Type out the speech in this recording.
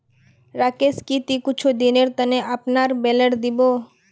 राकेश की ती कुछू दिनेर त न अपनार बेलर दी बो